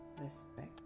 respect